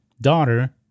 daughter